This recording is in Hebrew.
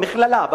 במכללה,